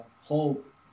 hope